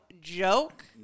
joke